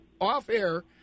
off-air